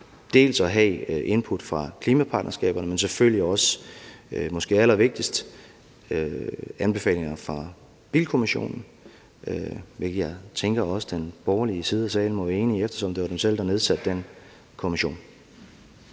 om, at have input fra klimapartnerskaberne, men selvfølgelig også, hvilket måske er allervigtigst, anbefalingerne fra bilkommissionen, hvilket jeg også tænker at den borgerlige side af salen vil være enig i, eftersom det var dem selv, der nedsatte den kommission.